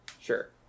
sure